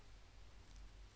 हमन ला ऋण मिल सकत हे का?